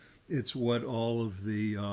it's what all of the,